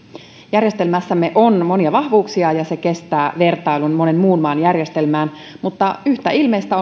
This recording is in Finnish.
järjestelmässämme on monia vahvuuksia ja se kestää vertailun monen muun maan järjestelmään mutta yhtä ilmeisiä